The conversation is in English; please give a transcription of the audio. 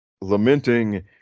lamenting